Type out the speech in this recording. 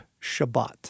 Shabbat